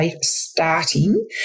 starting